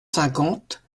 cinquante